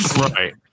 right